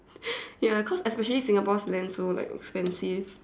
ya cause especially Singapore's land so like expensive